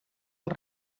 els